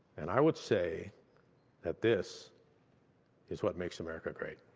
and i would say that this is what makes america great.